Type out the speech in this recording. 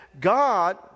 God